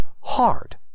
hard